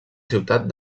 ciutat